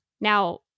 Now